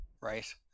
right